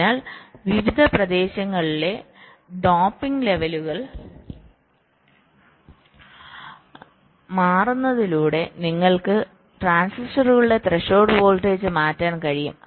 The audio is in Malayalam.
അതിനാൽ വിവിധ പ്രദേശങ്ങളിലെ ഡോപ്പിംഗ് ലെവലുകൾ മാറ്റുന്നതിലൂടെ നിങ്ങൾക്ക് ട്രാൻസിസ്റ്ററുകളുടെ ത്രെഷോൾഡ് വോൾട്ടേജ് മാറ്റാൻ കഴിയും